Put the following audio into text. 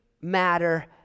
matter